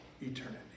eternity